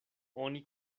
oni